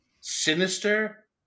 sinister